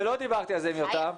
ולא דיברתי על זה עם יותם,